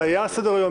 זה היה על סדר-היום.